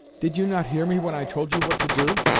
did you not hear me when i told you what to do?